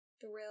thrill